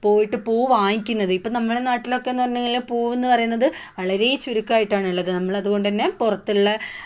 പോയിട്ട് പൂ വാങ്ങിക്കുന്നത് ഇപ്പം നമ്മുടെ നാട്ടിലൊക്കെയെന്ന് പറഞ്ഞാൽ പൂവെന്ന് പറയുന്നത് വളരെ ചുരുക്കം ആയിട്ടാണ് ഉള്ളത് നമ്മൾ അതുകൊണ്ടുതന്നെ പുറത്തുള്ള